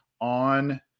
on